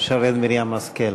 שרן מרים השכל.